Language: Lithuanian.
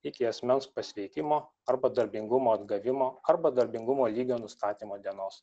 iki asmens pasveikimo arba darbingumo atgavimo arba darbingumo lygio nustatymo dienos